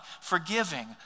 forgiving